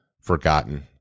forgotten